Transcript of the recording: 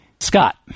Scott